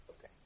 Okay